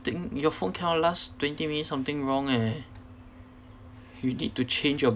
think your phone cannot last twenty minutes something wrong eh you need to change your